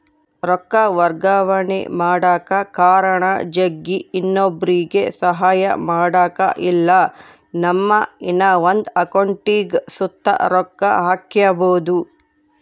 ರೊಕ್ಕ ವರ್ಗಾವಣೆ ಮಾಡಕ ಕಾರಣ ಜಗ್ಗಿ, ಇನ್ನೊಬ್ರುಗೆ ಸಹಾಯ ಮಾಡಕ ಇಲ್ಲಾ ನಮ್ಮ ಇನವಂದ್ ಅಕೌಂಟಿಗ್ ಸುತ ರೊಕ್ಕ ಹಾಕ್ಕ್ಯಬೋದು